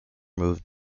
moved